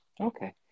Okay